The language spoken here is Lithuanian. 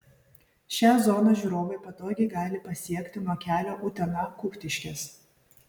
šią zoną žiūrovai patogiai gali pasiekti nuo kelio utena kuktiškės